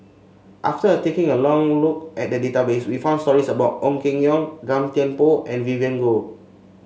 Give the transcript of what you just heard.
after taking a long look at the database we found stories about Ong Keng Yong Gan Thiam Poh and Vivien Goh